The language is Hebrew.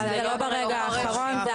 זה לא ברגע האחרון.